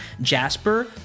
jasper